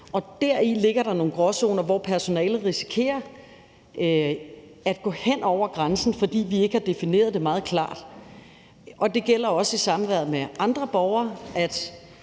Deri ligger der nogle gråzoner, hvor personalet risikerer at gå hen over grænsen, fordi vi ikke har defineret det meget klart. Kl. 12:29 Det gælder også i samværet med andre borgere.